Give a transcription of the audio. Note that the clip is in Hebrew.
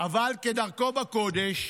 אבל כדרכו בקודש,